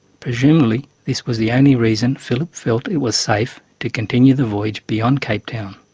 presumably this was the only reason phillip felt it was safe to continue the voyage beyond cape town.